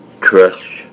trust